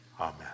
amen